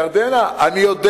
ירדנה, אני יודע